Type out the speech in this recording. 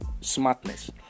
smartness